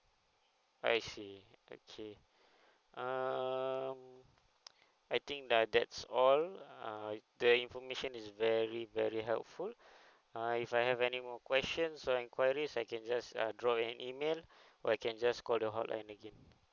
I see okay um I think that that's all uh the information is very very helpful uh if I have any more questions for enquiries I can just uh drop an email or I can just call the hotline again